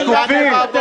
אנחנו שקופים.